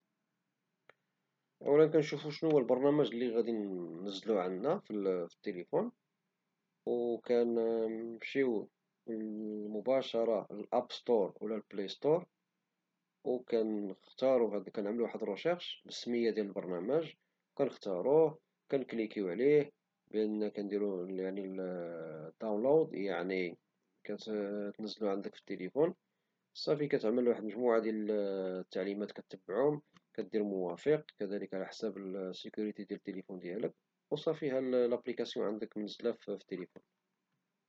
أولا خصنا نشوفو شنو هو البرنامج لي غدي نزلوه عندنا في التيليفون وكنمشيو مباشرة للآبستور او البلايستور وكنختارو كنعملو واحد روشيرش فيه سمية البرنامج وكنختاروه كنكليكيو عليه وكنديرو الدونلود يعني كتنزلو عندك في التيليفون وكتعمل جموعة ديال التعليمات كتبعوم كدير موافق على حساب السيكيوريتي ديال التيليفون ديالك وصافي ها الأبليكاسيون منزلة في التيليفون.